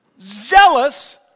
zealous